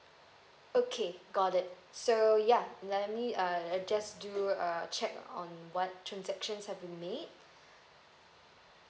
okay got it so ya let me uh just do a check on what transactions have been made